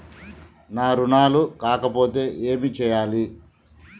నా రుణాలు కాకపోతే ఏమి చేయాలి?